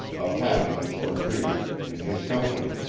of happiness or grief, in his company.